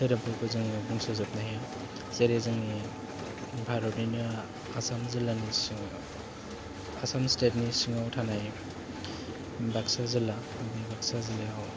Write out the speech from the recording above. धोरोमफोरखौ जोङो बुंस'जोबनो हाया जेरै जोंनि भारतनिनो आसाम जिल्लानि सिं आसाम स्टेटनि सिङाव थानाय बाक्सा जिल्ला बे बाक्सा जिल्लायाव